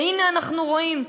והנה אנחנו רואים,